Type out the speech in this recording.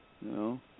No